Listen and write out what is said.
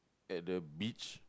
at the beach